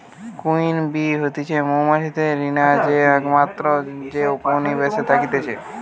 queen bee হতিছে মৌমাছিদের রানী যে একমাত্র যে উপনিবেশে থাকতিছে